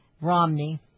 Romney